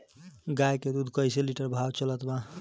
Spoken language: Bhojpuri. गाय के दूध कइसे लिटर भाव चलत बा?